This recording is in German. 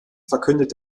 verkündet